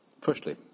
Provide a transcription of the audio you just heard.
Firstly